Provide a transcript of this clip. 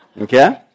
Okay